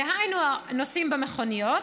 דהיינו הנוסעים במכוניות,